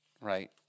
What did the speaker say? right